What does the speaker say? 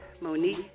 Monique